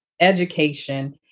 education